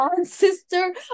sister